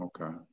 Okay